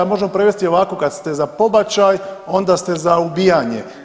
Možemo prevesti i ovako kad ste za pobačaj, onda ste za ubijanje.